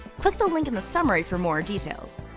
click the link in the summary for more details.